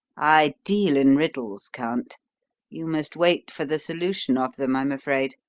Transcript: i deal in riddles, count you must wait for the solution of them, i'm afraid.